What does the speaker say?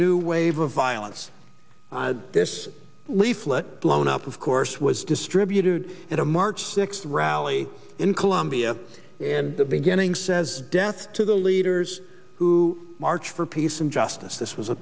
new wave of violence this leaflet blown up of course was distributed at a march sixth rally in columbia and the beginning says death to the leaders who march for peace and justice this was a